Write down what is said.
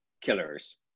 killers